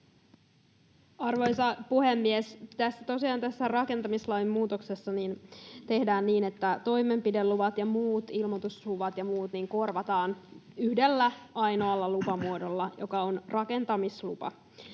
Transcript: Tosiaan tässä rakentamislain muutoksessa tehdään niin, että toimenpideluvat ja muut ilmoitusluvat ja muut korvataan yhdellä ainoalla lupamuodolla, joka on rakentamislupa.